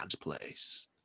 place